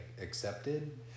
accepted